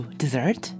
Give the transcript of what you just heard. dessert